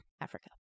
Africa